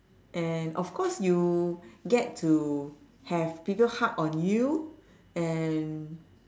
and of course you get to have people hug on you and